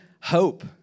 hope